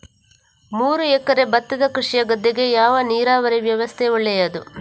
ಮೂರು ಎಕರೆ ಭತ್ತದ ಕೃಷಿಯ ಗದ್ದೆಗೆ ಯಾವ ನೀರಾವರಿ ವ್ಯವಸ್ಥೆ ಒಳ್ಳೆಯದು?